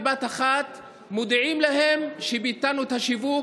בבת אחת מודיעים להם: ביטלנו את השיווק,